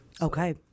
Okay